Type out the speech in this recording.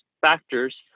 factors